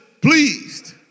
pleased